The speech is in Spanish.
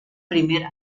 primer